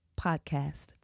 podcast